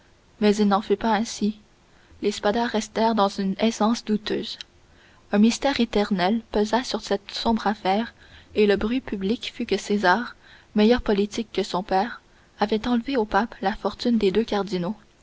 mais il n'en fut pas ainsi les spada restèrent dans une aisance douteuse un mystère éternel pesa sur cette sombre affaire et le bruit public fut que césar meilleur politique que son père avait enlevé au pape la fortune des deux cardinaux